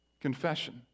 Confession